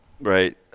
right